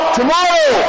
tomorrow